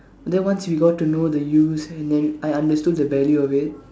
then once you got to know the use and then I understood the value of it